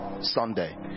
sunday